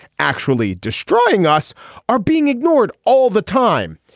actually destroying us are being ignored all the time.